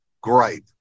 gripe